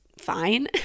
fine